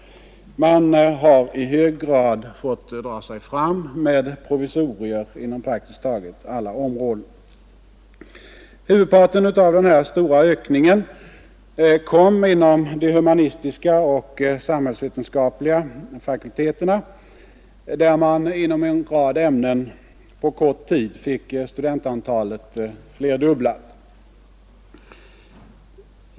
Man har i hög grad fått dra sig fram med provisorier inom praktiskt taget alla områden. Huvudparten av den här stora ökningen kom inom de humanistiska och samhällsvetenskapliga fakulteterna, där man inom en rad ämnen på kort tid fick studentantalet flerdubblat.